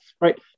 right